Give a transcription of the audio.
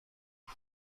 aux